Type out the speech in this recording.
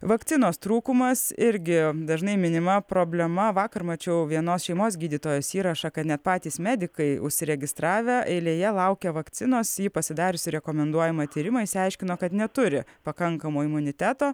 vakcinos trūkumas irgi dažnai minima problema vakar mačiau vienos šeimos gydytojos įrašą kad net patys medikai užsiregistravę eilėje laukia vakcinos ji pasidariusi rekomenduojamą tyrimą išsiaiškino kad neturi pakankamo imuniteto